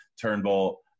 Turnbull